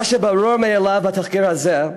מה שברור מאליו בתחקיר הזה,